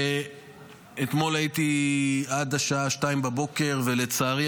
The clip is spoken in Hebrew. שאתמול הייתי בו עד השעה 02:00. לצערי,